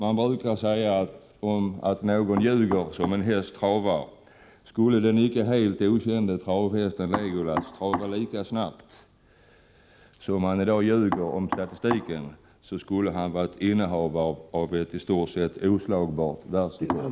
Man brukar säga att någon ljuger som en häst travar. Skulle den icke helt okända travhästen Legolas trava lika snabbt som man i dag från socialdemokraternas sida ljuger om statistiken skulle han ha varit innehavare av ett i stort sett oslagbart världsrekord.